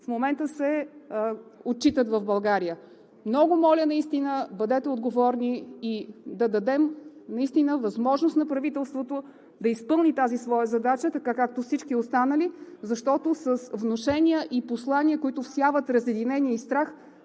в момента се отчитат в България! Много моля, бъдете отговорни и да дадем наистина възможност на правителството да изпълни тази своя задача така, както всички останали, защото с внушения и послания, които всяват разединение и страх,